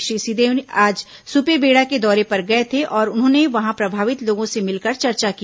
श्री सिंहदेव आज सुपेबेड़ा के दौरे पर गए थे और उन्होंने वहां प्रभावित लोगों से मिलकर चर्चा की